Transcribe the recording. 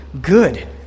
good